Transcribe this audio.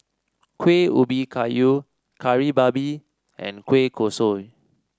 Kuih Ubi Kayu Kari Babi and Kueh Kosui